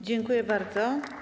Dziękuję bardzo.